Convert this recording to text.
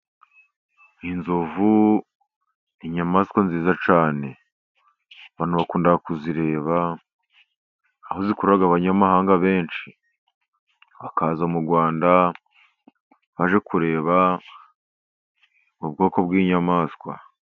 Inzovu ni inyamaswa nziza cyane, abantu bakunda kuzireba, aho zikurura abanyamahanga benshi, bakaza mu Rwanda baje kureba ubwoko bw'inyamaswa.